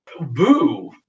Boo